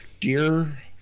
dear